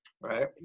Right